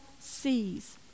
sees